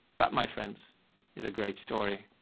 that my friends is a great story.